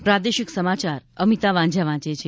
પ્રાદેશિક સમાચાર અમિત વાંઝા વાંચે છે